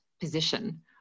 position